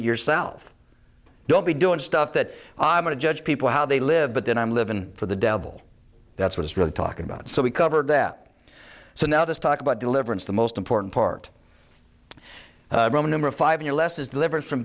yourself don't be doing stuff that i'm going to judge people how they live but then i'm livin for the devil that's what it's really talking about so we covered that so now this talk about deliverance the most important part number five us is delivered from